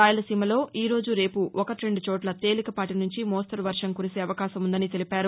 రాయలసీమలో ఈరోజు రేపు ఒకట్టెండు చోట్ల తేలికపాటి సుంచి మోస్తు వర్వం కురిసే అవకాశం ఉందని తెలిపారు